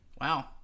Wow